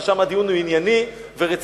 ששם הדיון הוא ענייני ורציני,